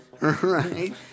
Right